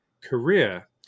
career